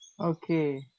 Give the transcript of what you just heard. Okay